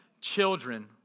children